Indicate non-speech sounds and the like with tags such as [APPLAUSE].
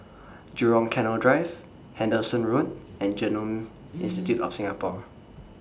Jurong Canal Drive Henderson Road and Genome [NOISE] Institute of Singapore